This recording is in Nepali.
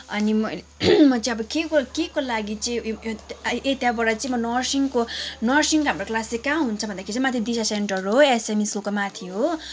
अनि मैले म चाहिँ अब के केको लागि चाहिँ यो यो यताबाट चाहिँ म नर्सिङको नर्सिङको हाम्रो क्लास चाहिँ कहाँ हुन्छ भन्दाखेरि चाहिँ माथि दिशा सेन्टर हो एसयुएमआई स्कुलको माथि हो